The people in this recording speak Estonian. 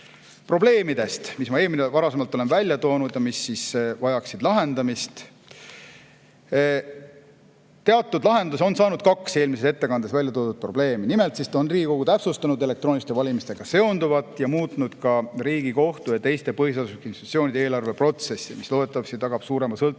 mis ma ka varasemalt olen välja toonud ja mis vajaksid lahendamist. Teatud lahenduse on saanud kaks eelmises ettekandes välja toodud probleemi. Nimelt on Riigikogu täpsustanud elektrooniliste valimistega seonduvat ja muutnud ka Riigikohtu ja teiste põhiseaduslike institutsioonide eelarveprotsessi, mis loodetavasti tagab suurema sõltumatuse